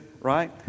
right